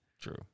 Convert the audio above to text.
True